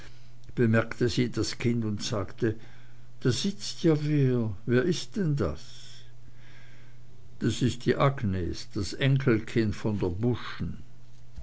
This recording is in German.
bemerkte sie das kind und sagte da sitzt ja wer wer ist denn das das ist agnes das enkelkind von der buschen